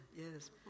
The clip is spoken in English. yes